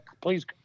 please